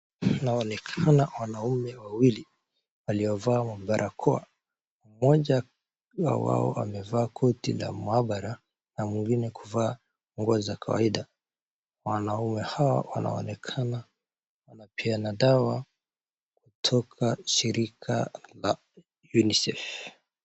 Kuna onekana wanaume wawili waliovaa barakoa mmoja wa wao amevaa koti la mahabara na mwingine kuvaa nguo za kawaida. Wanaume hawa wanaonekana wanapeana dawa kutoka shirika la UNICEF.